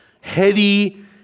heady